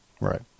right